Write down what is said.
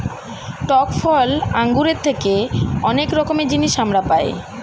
টক ফল আঙ্গুরের থেকে অনেক রকমের জিনিস আমরা পাই